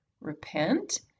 Repent